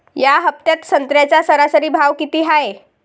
या हफ्त्यात संत्र्याचा सरासरी भाव किती हाये?